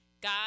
God